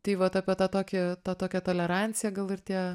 tai vat apie tą tokį tą tokią toleranciją gal ir tie